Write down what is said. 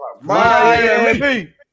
Miami